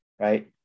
right